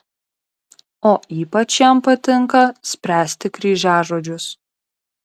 o ypač jam patinka spręsti kryžiažodžius